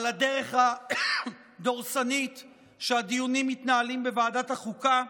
על הדרך הדורסנית שבה הדיונים מתנהלים בוועדת החוקה?